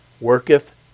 worketh